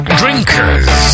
drinkers